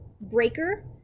Breaker